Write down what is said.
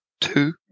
Two